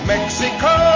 Mexico